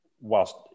whilst